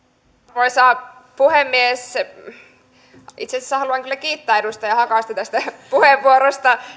arvoisa puhemies itse asiassa haluan kyllä kiittää edustaja hakasta tästä puheenvuorosta